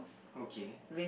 okay